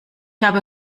habe